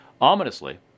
Ominously